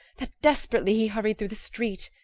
that desp'rately he hurried through the street,